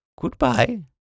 Goodbye